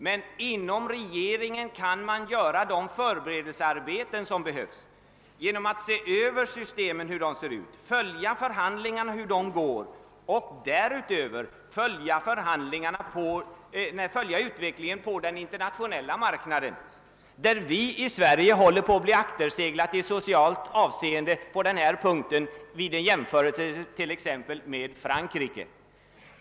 Men inom regeringen kan man göra de förberedelser som behövs genom att se över frågan, följa förhandlingarna och därutöver följa utvecklingen på det internationella planet; vi i Sverige håller på att bli akterseglade i socialt avseende vid en jämförelse med t.ex. Frankrike.